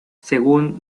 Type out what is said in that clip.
según